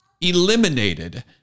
eliminated